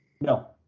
no